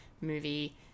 movie